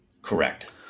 correct